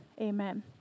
amen